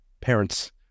parents